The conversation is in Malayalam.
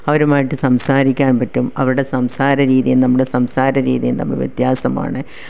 അവരുമായിട്ട് സംസാരിക്കാൻ പറ്റും അവരുടെ സംസാരരീതിയും നമ്മുടെ സംസാരരീതിയും തമ്മിൽ വ്യത്യാസമാണ്